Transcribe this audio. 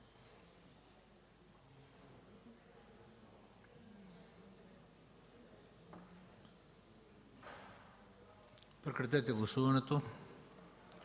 Прекратете гласуването.